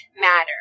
matter